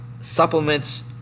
supplements